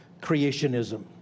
creationism